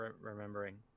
remembering